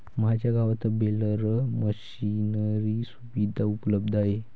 माझ्या गावात baler machinery सुविधा उपलब्ध आहे